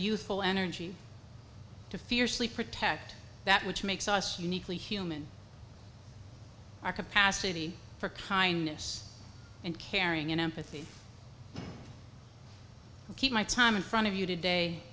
youthful energy to fiercely protect that which makes us unique lee human our capacity for kindness and caring and empathy to keep my time in front of you to day